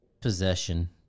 possession